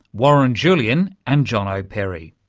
warren julian and jono perry.